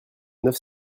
neuf